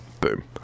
Boom